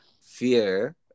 fear